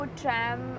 tram